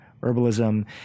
herbalism